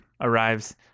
arrives